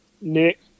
Nick